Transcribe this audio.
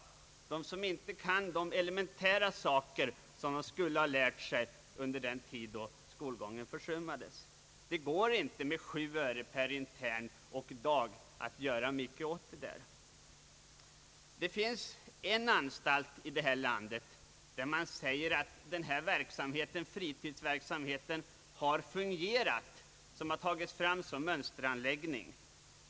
För att hjälpa dem som inte kan de elementära saker som de skulle ha lärt sig under den tid då skolgången försummades? Det går inte att med en anslagstilldelning av 7 öre per intern och dag göra så mycket för dessa människor. Det finns en anstalt i landet där det sägs att fritidsverksamheten har fungerat och som har tagits fram som en mönsteranläggning.